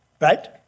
right